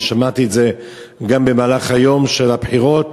שמעתי את זה גם במהלך היום של הבחירות,